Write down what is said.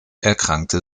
erkrankte